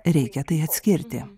reikia tai atskirti